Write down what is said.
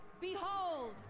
behold